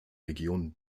region